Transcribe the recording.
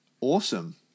awesome